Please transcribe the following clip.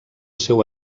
seu